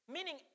Meaning